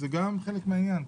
זה גם חלק מן העניין.